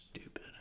Stupid